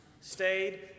Stayed